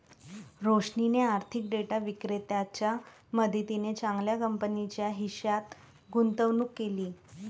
रोशनीने आर्थिक डेटा विक्रेत्याच्या मदतीने चांगल्या कंपनीच्या हिश्श्यात गुंतवणूक केली